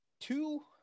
two –